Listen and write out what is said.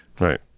Right